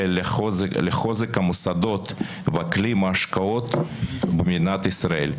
לחוזק המוסדות ואקלים ההשקעות במדינת ישראל.